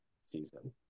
season